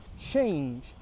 change